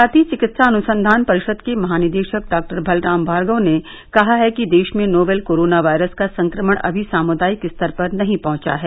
भारतीय चिकित्सा अनुसंघान परिषद के महानिदेशक डॉक्टर बलराम भार्गव ने कहा है कि देश में नोवल कोरोना वायरस का संक्रमण अभी सामुदायिक स्तर पर नहीं पहंचा है